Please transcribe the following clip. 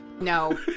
No